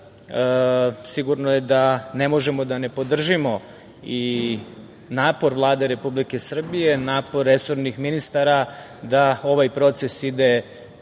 je da ne možemo da ne podržimo i napor Vlade Republike Srbije, napor resornih ministara da ovaj proces ide